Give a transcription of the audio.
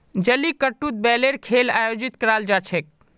जलीकट्टूत बैलेर खेल आयोजित कराल जा छेक